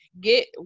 get